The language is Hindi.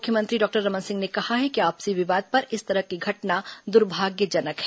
पूर्व मुख्यमंत्री डॉक्टर रमन सिंह ने कहा है कि आपसी विवाद पर इस तरह की घटना दुर्भाग्यजनक है